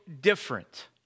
different